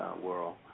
world